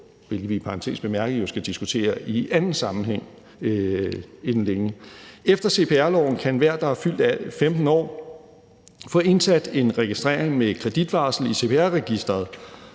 hvilket vi jo i parentes bemærket skal diskutere i anden sammenhæng inden længe. Efter cpr-loven kan enhver, der er fyldt 15 år, få indsat en registrering med kreditvarsel i CPR-registeret.